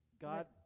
God